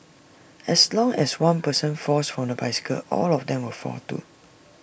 as long as one person falls from the bicycle all of them will fall too